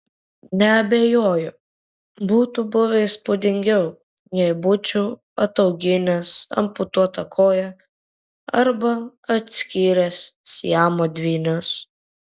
neabejoju būtų buvę įspūdingiau jei būčiau atauginęs amputuotą koją arba atskyręs siamo dvynius